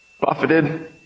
buffeted